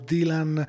Dylan